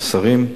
שרים,